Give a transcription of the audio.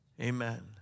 amen